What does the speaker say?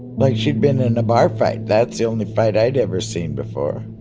like she'd been in a bar fight. that's the only fight i'd ever seen before.